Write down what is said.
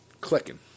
clicking